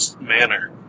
manner